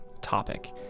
topic